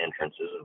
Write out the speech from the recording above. entrances